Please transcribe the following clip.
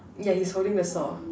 yeah he's holding the saw